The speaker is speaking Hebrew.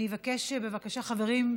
אני אבקש, בבקשה, חברים,